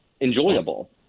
enjoyable